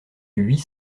huit